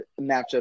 matchup